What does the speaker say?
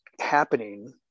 happening